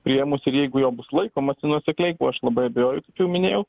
priėmus ir jeigu jo bus laikomasi nuosekliai kuo aš labai abejoju kaip jau minėjau